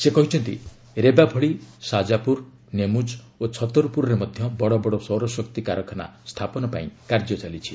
ସେ କହିଛନ୍ତି ରେବା ଭଳି ସାଜାପୁର ନେମୁଜ୍ ଓ ଛତପୁରରେ ମଧ୍ୟ ବଡ଼ବଡ଼ ସୌର ଶକ୍ତି କାରଖାନା ସ୍ଥାପନ ପାଇଁ କାର୍ଯ୍ୟ ଚାଲିଛି